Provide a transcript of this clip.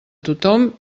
tothom